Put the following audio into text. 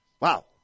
Wow